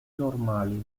normali